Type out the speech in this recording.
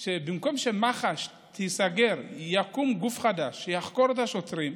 זה שבמקום שמח"ש תיסגר ויקום גוף חדש שיחקור את השוטרים,